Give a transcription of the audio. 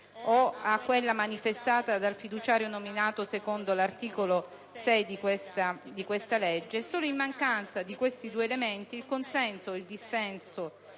o a quanto manifestato dal fiduciario nominato secondo l'articolo 6 di questa legge. Solo in mancanza di questi due elementi, il consenso e il dissenso